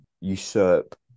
usurp